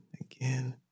again